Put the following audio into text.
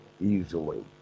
easily